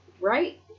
Right